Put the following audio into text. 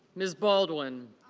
ms. baldwin